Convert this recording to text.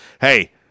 hey